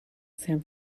san